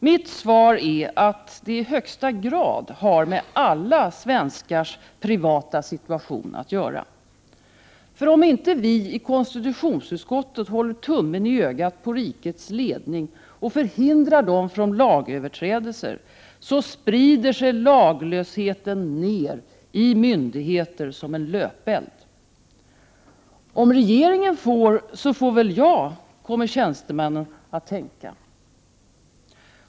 Mitt svar är att det i högsta grad har med alla svenskars privata situation att göra. För om inte vi i konstitutionsutskottet håller tummen i ögat på rikets ledning och förhindrar lagöverträdelser, så sprider sig laglösheten ner i myndigheterna som en löpeld. Om regeringen får, så får väl jag, kommer tjänstemännen att tänka.